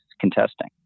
contesting